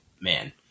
man